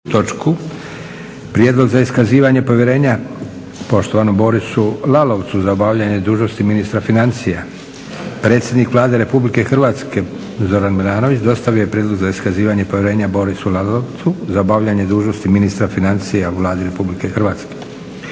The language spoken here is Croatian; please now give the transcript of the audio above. točku. 2. Prijedlog za iskazivanje povjerenja mr. Borisu Lalovcu za obavljanje dužnosti ministra financija. Predsjednik Vlade RH, Zoran Milanović dostavio je prijedlog za iskazivanje povjerenja Borisu Lalovcu za obavljanje dužnosti ministra financija u Vladi RH.